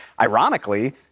Ironically